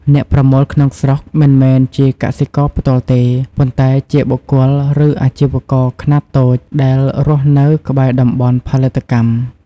អ្នកប្រមូលក្នុងស្រុកមិនមែនជាកសិករផ្ទាល់ទេ ប៉ុន្តែជាបុគ្គល ឬអាជីវករខ្នាតតូចដែលរស់នៅក្បែរតំបន់ផលិតកម្ម។